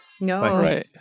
No